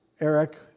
Eric